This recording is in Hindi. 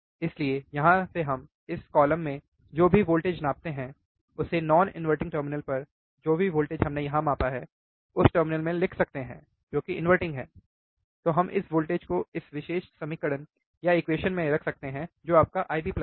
इसलिए यहाँ से हम इस कॉलम में जो भी वोल्टेज नापते हैं उसे गैर इनवर्टिंग टर्मिनल पर जो भी वोल्टेज हमने यहाँ मापा है उस टर्मिनल में लिख सकते हैं जो कि inverting है तो हम इस वोल्टेज को इस विशेष समीकरण में रख सकते हैं जो आपका IB है